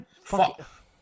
fuck